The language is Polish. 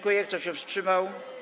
Kto się wstrzymał?